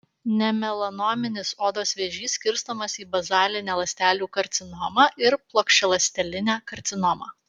nemelanominis odos vėžys skirstomas į bazalinę ląstelių karcinomą ir plokščialąstelinę karcinomą